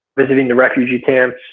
visiting the refugee camps.